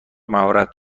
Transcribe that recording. مهارت